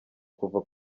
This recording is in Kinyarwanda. kuva